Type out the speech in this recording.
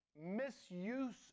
misuse